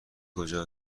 کجا